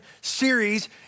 series